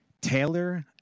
Taylor